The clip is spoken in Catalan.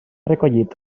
recollit